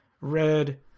red